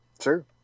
Sure